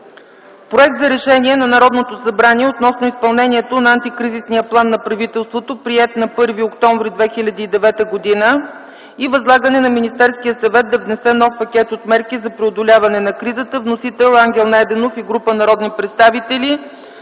Проект за Решение на Народното събрание относно изпълнението на антикризисния план на правителството, приет на 1 октомври 2009 г., и възлагане на Министерския съвет да внесе нов пакет от мерки за преодоляване на кризата. Вносител е Ангел Найденов и група народни представители.